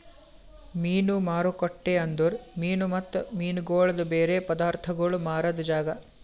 ಮೀನು ಮಾರುಕಟ್ಟೆ ಅಂದುರ್ ಮೀನು ಮತ್ತ ಮೀನಗೊಳ್ದು ಬೇರೆ ಪದಾರ್ಥಗೋಳ್ ಮಾರಾದ್ ಜಾಗ